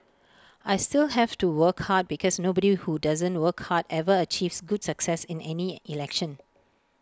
I still have to work hard because nobody who doesn't work hard ever achieves good success in any election